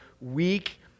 weak